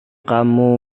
kamu